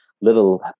little